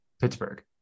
Pittsburgh